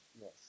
Yes